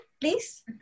please